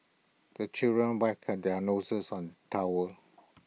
the children their noses on towel